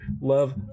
love